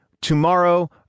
tomorrow